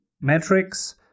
Metrics